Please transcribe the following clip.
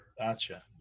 Gotcha